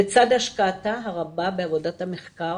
לצד השקעתה הרבה בעבודת המחקר